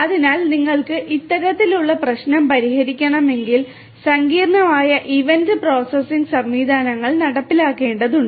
അതിനാൽ നിങ്ങൾക്ക് ഇത്തരത്തിലുള്ള പ്രശ്നം പരിഹരിക്കണമെങ്കിൽ സങ്കീർണ്ണമായ ഇവന്റ് പ്രോസസ്സിംഗ് സംവിധാനങ്ങൾ നടപ്പിലാക്കേണ്ടതുണ്ട്